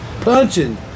punching